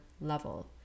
level